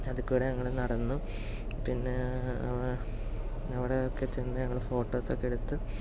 അതിൽ കൂടെ ഞങ്ങൾ നടന്നു പിന്നെ അവിടെയൊക്കെ ചെന്ന് ഞങ്ങൾ ഫോട്ടോസൊക്കെ എടുത്ത്